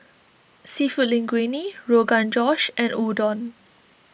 Seafood Linguine Rogan Josh and Udon